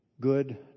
good